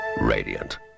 Radiant